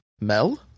Mel